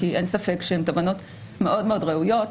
כי אין ספק שהן תובענות מאוד מאוד ראויות.